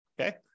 Okay